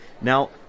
Now